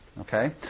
okay